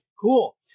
Cool